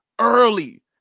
early